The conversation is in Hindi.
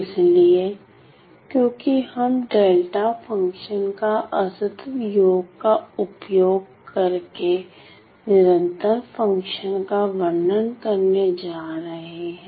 इसलिए क्योंकि हम डेल्टा फंक्शन का असतत योग का उपयोग करके निरंतर फंक्शन का वर्णन करने जा रहे हैं